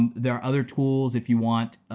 and there are other tools. if you want,